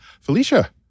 Felicia